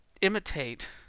imitate